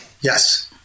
Yes